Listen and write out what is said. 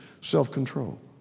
self-control